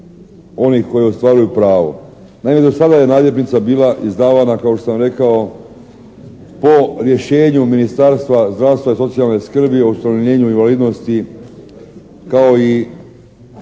onih koji ostvaruju pravo. Naime, do sada je naljepnica bila izdavana kao što sam rekao po rješenju Ministarstva zdravstva i socijalne skrbi o ustanovljenju invalidnosti kao i